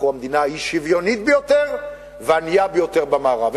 אנחנו המדינה האי-שוויונית ביותר והענייה ביותר במערב.